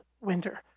winter